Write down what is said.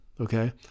okay